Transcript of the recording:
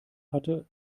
hatte